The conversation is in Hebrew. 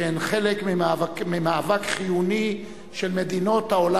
שהן חלק ממאבק חיוני של מדינות העולם